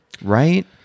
Right